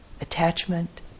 attachment